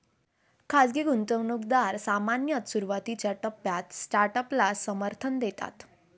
खाजगी गुंतवणूकदार सामान्यतः सुरुवातीच्या टप्प्यात स्टार्टअपला समर्थन देतात